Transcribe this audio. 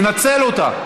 תנצל אותה,